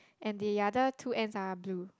and the other two ends are blue